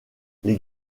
les